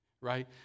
right